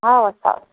हवस् हवस्